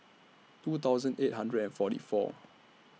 two thousand eight hundred and forty four